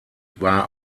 war